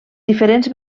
diferents